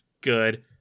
good